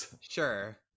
Sure